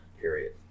Period